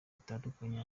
itandukanye